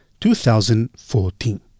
2014